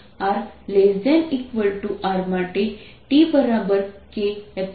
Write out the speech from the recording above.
r ≤ Rમાટે Dk0E છે